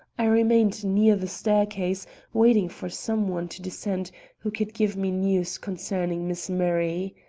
i remained near the staircase waiting for some one to descend who could give me news concerning miss murray.